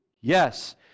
Yes